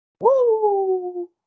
Woo